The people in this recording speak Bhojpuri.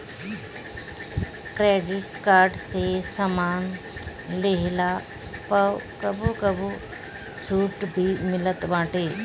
क्रेडिट कार्ड से सामान लेहला पअ कबो कबो छुट भी मिलत बाटे